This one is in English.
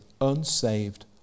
unsaved